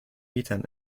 mietern